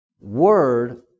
word